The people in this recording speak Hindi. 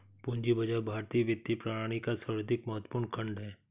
पूंजी बाजार भारतीय वित्तीय प्रणाली का सर्वाधिक महत्वपूर्ण खण्ड है